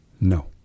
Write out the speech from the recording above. No